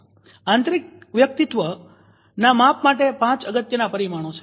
આંતરિકવ્યક્તિત્વ ના માપ માટે પાંચ અગત્યના પરિમાણો છે